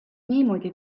niimoodi